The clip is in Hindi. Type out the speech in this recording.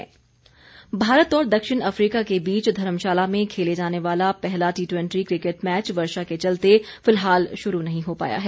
क्रिकेट मैच भारत और दक्षिण अफ्रीका के बीच धर्मशाला में खेला जाने वाला पहला टी ट्वेंटी क्रिकेट मैच वर्षा के चलते फिलहाल शुरू नहीं हो पाया है